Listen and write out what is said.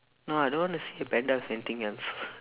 no I don't want to see a panda with anything else